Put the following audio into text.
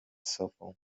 sofą